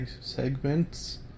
Segments